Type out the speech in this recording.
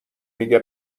میگه